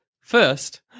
first